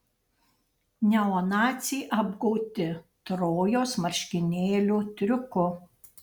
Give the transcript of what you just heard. neonaciai apgauti trojos marškinėlių triuku